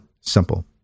simple